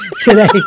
today